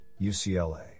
UCLA